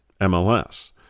MLS